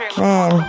man